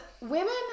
women